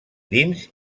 dins